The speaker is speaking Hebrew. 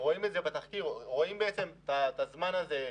רואים את זה בתחקיר, רואים את הזמן הזה.